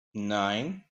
nine